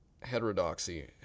heterodoxy